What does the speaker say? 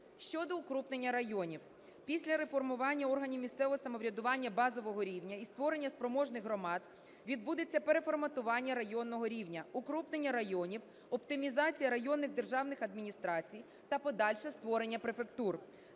Щодо укрупнення районів. Після реформування органів місцевого самоврядування базового рівня і створення спроможних громад відбудеться переформатування районного рівня: укрупнення районів, оптимізація районних державних адміністрацій та подальше створення префектур.